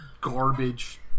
garbage